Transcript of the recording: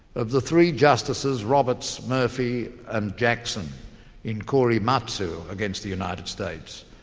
of the three justices, roberts, murphy and jackson in korematsu against the united states,